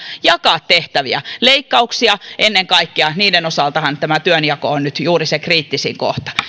jakaa tehtäviä ennen kaikkea leikkauksia niiden osaltahan tämä työnjako on nyt juuri se kriittisin kohta